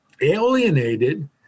alienated